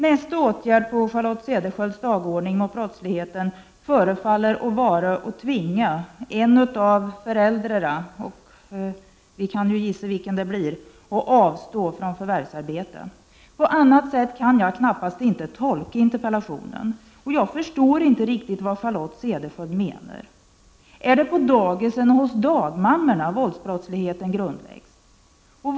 Nästa åtgärd på Charlotte Cederschiölds dagordning mot brottsligheten förefaller vara att tvinga en av föräldrarna — och vi kan gissa vilken det blir — att avstå från förvärvsarbete. På annat sätt kan jag knappast tolka interpellationen. Jag förstår inte riktigt vad Charlotte Cederschiöld menar. Är det på dagisen och hos dagmammorna våldsbrottsligheten grundläggs?